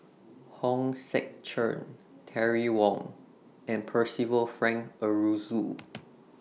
Hong Sek Chern Terry Wong and Percival Frank Aroozoo